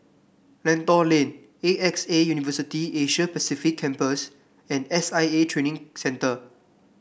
Lentor Lane A X A University Asia Pacific Campus and S I A Training Center